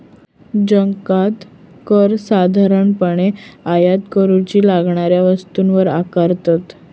जकांत कर साधारणपणे आयात करूच्या लागणाऱ्या वस्तूंवर आकारतत